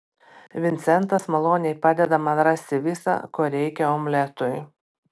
vincentas maloniai padeda man rasti visa ko reikia omletui